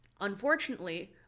Unfortunately